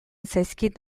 zaizkit